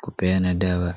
kupeana dawa.